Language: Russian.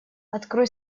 открой